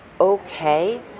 okay